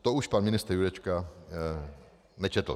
To už pan ministr Jurečka nečetl.